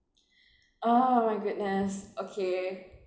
oh my goodness okay